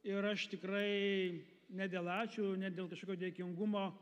ir aš tikrai ne dėl ačiū ne dėl kažkokio dėkingumo